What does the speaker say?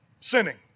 sinning